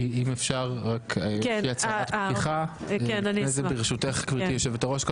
אם אפשר הצהרת פתיחה ברשותך גברתי יושבת הראש.